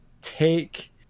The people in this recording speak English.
take